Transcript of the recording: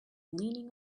leaning